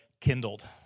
kindled